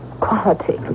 quality